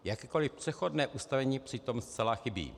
Jakékoliv přechodné ustanovení přitom zcela chybí.